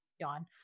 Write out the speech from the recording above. John